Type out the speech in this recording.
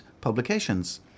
publications